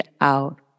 out